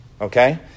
okay